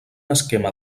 esquema